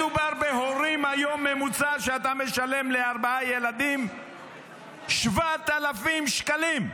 מדובר בהורים שמשלמים על ארבעה ילדים 7,000 שקלים בממוצע,